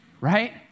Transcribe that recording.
right